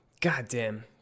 Goddamn